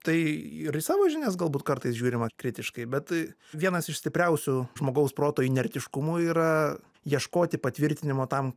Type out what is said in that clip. tai ir į savo žinias galbūt kartais žiūrima kritiškai bet vienas iš stipriausių žmogaus proto inertiškumų yra ieškoti patvirtinimo tam